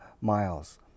miles